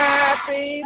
Happy